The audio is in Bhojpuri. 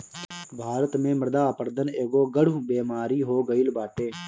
भारत में मृदा अपरदन एगो गढ़ु बेमारी हो गईल बाटे